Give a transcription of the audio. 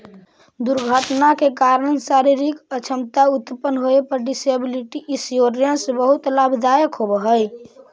दुर्घटना के कारण शारीरिक अक्षमता उत्पन्न होवे पर डिसेबिलिटी इंश्योरेंस बहुत लाभदायक होवऽ हई